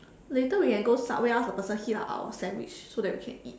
later we can go subway ask the person heat up our sandwich so that we can eat